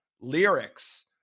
Lyrics